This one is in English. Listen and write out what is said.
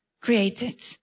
created